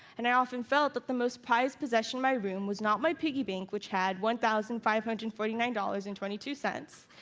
and i often felt that the most prized possession in my room was not my piggy bank, which had one thousand five hundred and forty nine dollars and twenty two cents,